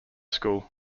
school